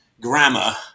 grammar